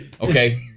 Okay